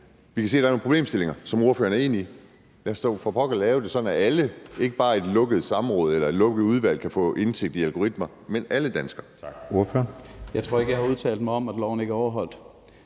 vi kan se, der er nogle problemstillinger, som ordførerne er enige i? Lad os dog for pokker lave det for alle og ikke bare i et lukket samråd eller et lukket udvalg, så kun de kan få indsigt i algoritmerne, men så alle danskere